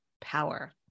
power